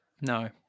No